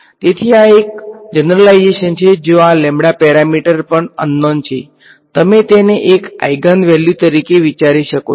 તેથી આ એક જનરાઈજેશન છે જ્યાં આ પેરામીટર પણ અનનોન છે તમે તેને એક આઈગેન વેલ્યુ તરીકે વિચારી શકો છો